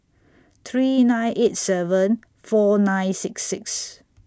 three nine eight seven four nine six six